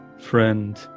friend